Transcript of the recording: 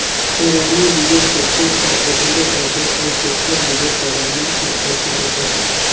trolley बिगर tractor हर अधुरा अहे अउ टेक्टर बिगर टराली हर अधुरा अहे